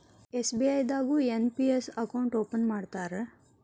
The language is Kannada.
ಎಸ್.ಬಿ.ಐ ದಾಗು ಎನ್.ಪಿ.ಎಸ್ ಅಕೌಂಟ್ ಓಪನ್ ಮಾಡ್ತಾರಾ